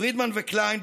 פרידמן וקליין,